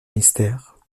mystère